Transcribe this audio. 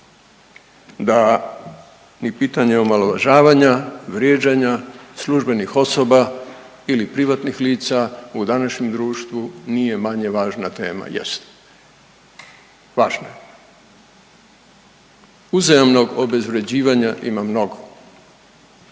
da ni pitanje omalovažavanja, vrijeđanja službenih osoba ili privatnih lica u današnjem društvu nije manje važna tema, jest važna je. Uzajamnog obezvrjeđivanja ima mnogo,